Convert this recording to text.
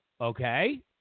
okay